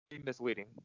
misleading